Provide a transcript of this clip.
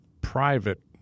private